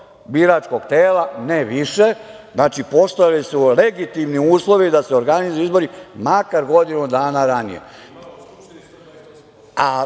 biračkog tela, ne više. Znači, postojali su legitimni uslovi da se organizuju izbori makar godinu dana ranije,